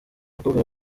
bakobwa